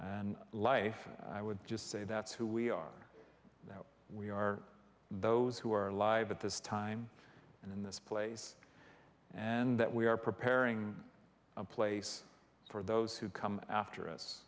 and life i would just say that's who we are now we are those who are alive at this time and in this place and that we are preparing a place for those who come after